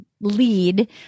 lead